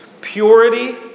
Purity